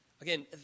Again